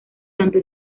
tanto